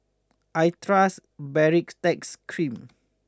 I trust Baritex Cream